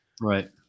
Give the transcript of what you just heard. Right